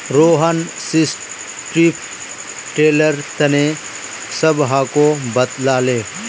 Rohan strip tiller तने सबहाको बताले